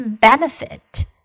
benefit